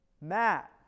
Matt